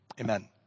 amen